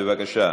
בבקשה,